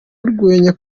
urwenya